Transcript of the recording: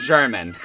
German